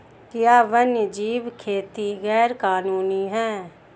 क्या वन्यजीव खेती गैर कानूनी है?